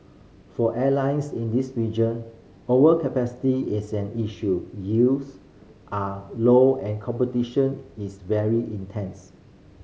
for airlines in this region overcapacity is an issue yields are low and competition is very intense